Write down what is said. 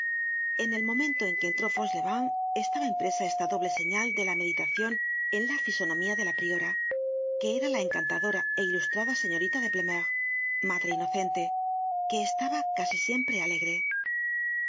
en el momento en que entró fauchelevent estaba impresa esta doble señal de la meditacion en la fisonomía de la priora que era la encantadora é ilustrada señorita de blemeur madre inocente que estaba casi siempre alegre el